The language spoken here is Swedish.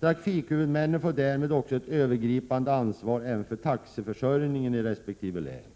Trafikhuvudmännen får därmed även ett övergripande ansvar för taxiförsörjningen i resp. län.